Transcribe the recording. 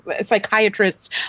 psychiatrists